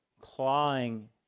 clawing